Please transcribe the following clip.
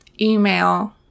Email